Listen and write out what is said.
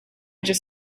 just